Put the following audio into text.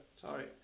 sorry